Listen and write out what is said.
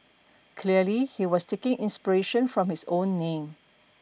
clearly he was taking inspiration from his own name